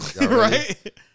Right